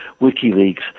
WikiLeaks